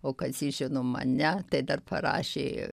o kazys žinoma ne tai dar parašė